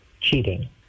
cheating